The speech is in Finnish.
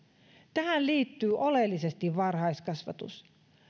tähän liittyy oleellisesti varhaiskasvatus